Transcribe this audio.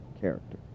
character